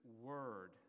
Word